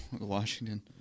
washington